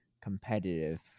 competitive